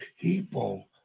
people